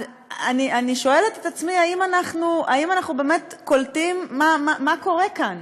אני שואלת את עצמי אם אנחנו באמת קולטים מה קורה כאן,